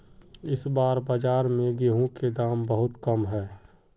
इस बार बाजार में गेंहू के दाम बहुत कम है?